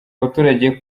abaturage